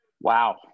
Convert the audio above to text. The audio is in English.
Wow